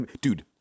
Dude